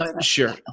Sure